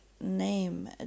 name